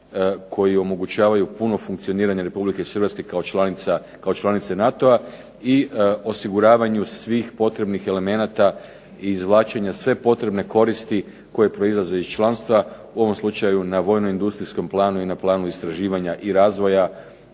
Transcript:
koji omogućavaju puno funkcioniranje Republike Hrvatske kao članice NATO-a i osiguravanju svih potrebnih elemenata i izvlačenja sve potrebne koristi koje proizlaze iz članstva. U ovom slučaju na vojno-industrijskom planu i na planu istraživanja i razvoja